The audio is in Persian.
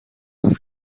است